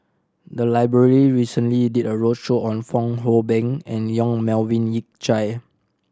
the library recently did a roadshow on Fong Hoe Beng and Yong Melvin Yik Chye